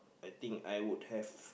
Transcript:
I think I would have